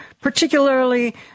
particularly